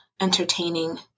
entertaining